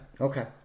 okay